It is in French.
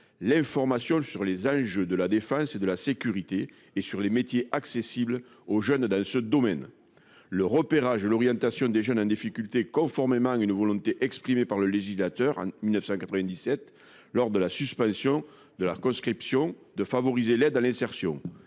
l'information sur les enjeux de la défense et de la sécurité et sur les métiers accessibles aux jeunes dans ce domaine. Le repérage et l'orientation des jeunes en difficulté, conformément, une volonté exprimée par le législateur en 1997 lors de la suspension de la conscription de favoriser l'aide à l'insertion